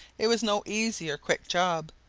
it was no easy or quick job,